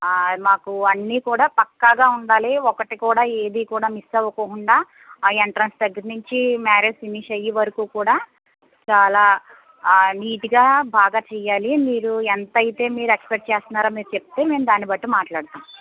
మాకు అన్నీ కూడా పక్కాగా ఉండాలి ఒకటి కూడా ఏదీ కూడా మిస్ అవ్వకుండా ఆ ఎంట్రెన్స్ దగ్గరనుంచి మ్యారేజ్ ఫినిష్ అయ్యే వరకు కూడా చాలా నీట్గా బాగా చెయ్యాలి మీరు ఎంతయితే మీరు ఎక్స్పెక్ట్ చేస్తున్నారో మీరు చెప్తే మేం దాన్ని బట్టి మాట్లాడతాం